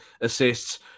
assists